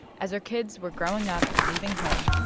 as her kids were growing up and leaving home,